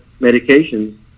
medications